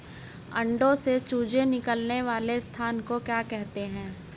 अंडों से चूजे निकलने वाले स्थान को क्या कहते हैं?